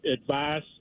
advice